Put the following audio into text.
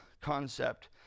concept